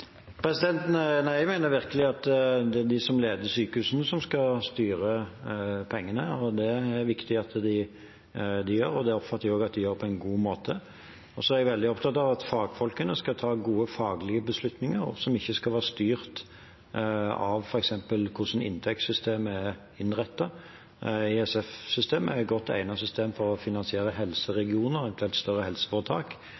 Jeg mener virkelig at det er de som leder sykehusene som skal styre pengene. Det er det viktig at de gjør, og det oppfatter jeg også at de gjør på en god måte. Så er jeg veldig opptatt av at fagfolkene skal ta gode faglige beslutninger, som ikke skal være styrt av f.eks. hvordan inntektssystemet er innrettet. ISF-systemet er et godt egnet system for å finansiere